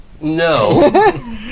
No